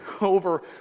Over